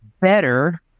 better